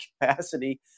capacity